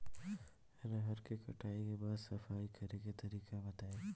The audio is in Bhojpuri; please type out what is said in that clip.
रहर के कटाई के बाद सफाई करेके तरीका बताइ?